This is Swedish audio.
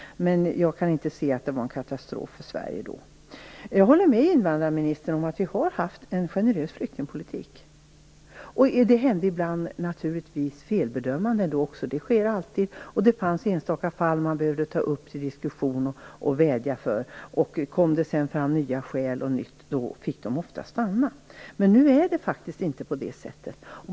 Men jag kan inte se att det var någon katastrof för Jag håller med invandrarministern om att vi har haft en generös flyktingpolitik. Det skedde ibland naturligtvis felbedömningar, det gör det alltid, och det fanns enskilda fall som behövde tas upp till diskussion och som man behövde vädja för. Kom det då fram nya skäl fick de ofta stanna. Men nu är det faktiskt inte på det sättet.